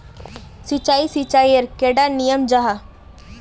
सिंचाई सिंचाईर कैडा नियम जाहा?